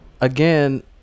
again